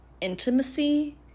intimacy